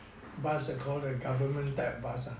call the government type of bus ah